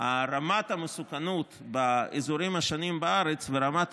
רמת המסוכנות באזורים השונים בארץ ורמת